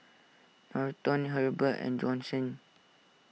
Norton Hebert and Johnson